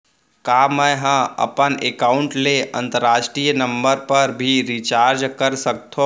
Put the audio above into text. का मै ह अपन एकाउंट ले अंतरराष्ट्रीय नंबर पर भी रिचार्ज कर सकथो